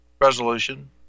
resolution